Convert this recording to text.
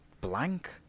blank